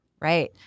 Right